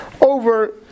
over